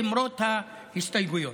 למרות ההסתייגויות.